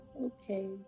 Okay